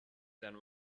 than